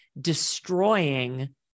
destroying